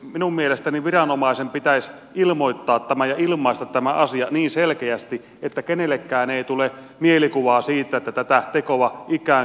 minun mielestäni viranomaisen pitäisi ilmoittaa ja ilmaista tämä asia niin selkeästi että kenellekään ei tule mielikuvaa siitä että tätä tekoa ikään kuin vähätellään